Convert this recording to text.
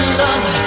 love